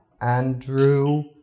Andrew